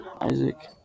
Isaac